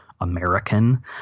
American